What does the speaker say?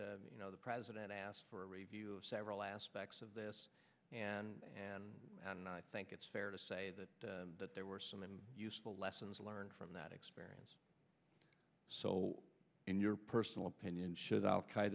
you know the president asked for a review of several aspects of this and and and i think it's fair to say that that there were some and useful lessons learned from that experience so in your personal opinion should al